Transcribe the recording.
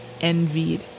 envied